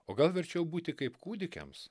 o gal verčiau būti kaip kūdikiams